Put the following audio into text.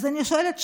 אז אני שואלת שוב: